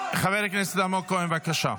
חבר הכנסת אלמוג כהן, בבקשה.